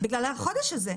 בגלל החודש הזה.